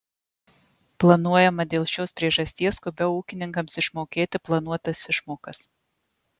planuojama dėl šios priežasties skubiau ūkininkams išmokėti planuotas išmokas